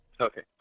Okay